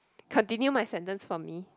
continue my sentence for me